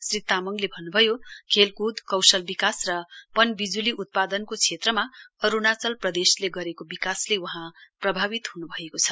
श्री तामाङले भन्न् भयो खेलक्द कौशल विकास र पनबिज्ली उत्पादनको क्षेत्रमा अरूणाचल प्रदेशले गरेको विकासले वहाँ प्रभावित हृन्भएको छ